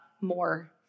more